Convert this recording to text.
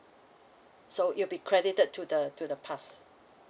so you'll be credited to the to the pass